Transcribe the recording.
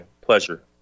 pleasure